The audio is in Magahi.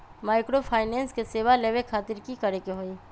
माइक्रोफाइनेंस के सेवा लेबे खातीर की करे के होई?